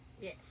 Yes